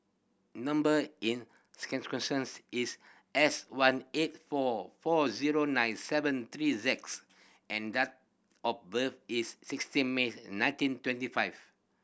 number in is S one eight four four zero nine seven three Z and date of birth is sixteenth May nineteen twenty five